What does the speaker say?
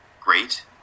great